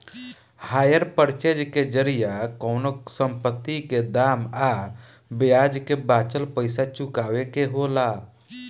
hire purchase के जरिया कवनो संपत्ति के दाम आ ब्याज के बाचल पइसा चुकावे के होला